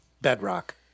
bedrock